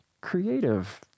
creative